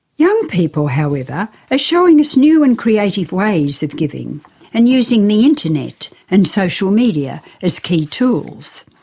young people however are showing us new and creative ways of giving and using the internet and social media as key tools.